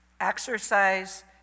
exercise